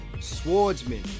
swordsman